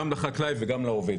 גם לחקלאי וגם לעובד,